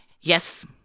Yes